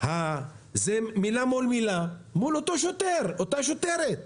זה מילה מול מילה מול אותו שוטר, אותה שוטרת.